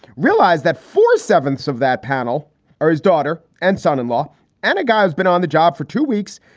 realize that four sevenths of that panel are his daughter and son in law and a guy who's been on the job for two weeks,